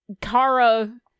Kara